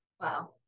wow